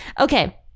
Okay